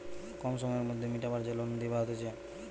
কম সময়ের মধ্যে মিটাবার যে লোন লিবা হতিছে